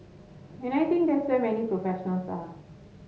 and I think that's where many professionals are